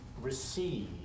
receive